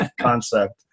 concept